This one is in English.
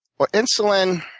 well, insulin,